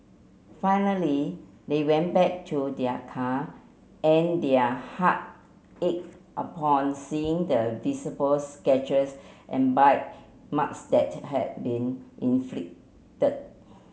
finally they went back to their car and their heart ached upon seeing the visible scratches and bite marks that had been inflicted